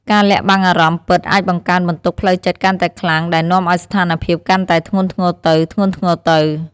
ការលាក់បាំងអារម្មណ៍ពិតអាចបង្កើនបន្ទុកផ្លូវចិត្តកាន់តែខ្លាំងដែលនាំឱ្យស្ថានភាពកាន់តែធ្ងន់ធ្ងរទៅៗ។